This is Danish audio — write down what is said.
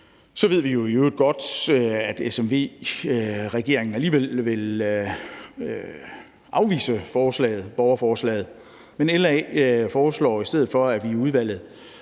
ved vi jo i øvrigt godt, at SVM-regeringen alligevel vil afvise borgerforslaget. Så LA foreslår i stedet for, at vi i udvalget